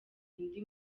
indi